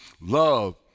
Love